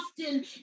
often